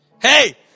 Hey